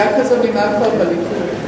היה כזה מנהג פעם בליכוד.